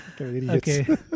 okay